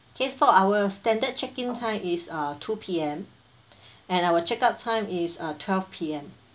K for our standard check in time is uh two P_M and our check out time is uh twelve P_M